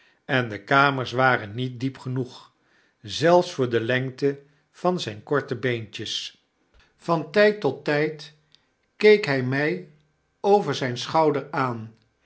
en de kamers waren niet diep genoeg zelfs voor de lengte van zyne korte beentjes van tyd tot tjjd keek hy my over zyn schouder aan